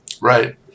Right